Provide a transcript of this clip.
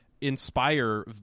inspire